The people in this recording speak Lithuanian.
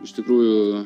iš tikrųjų